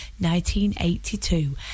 1982